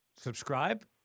Subscribe